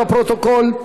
לפרוטוקול.